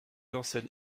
enseigne